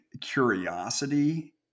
curiosity